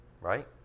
Right